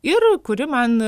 ir kuri man